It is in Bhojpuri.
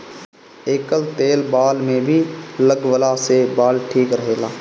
एकर तेल बाल में भी लगवला से बाल ठीक रहेला